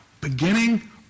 beginning